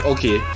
Okay